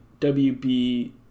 WB